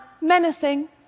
Menacing